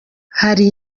hari